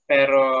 Pero